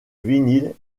vinyle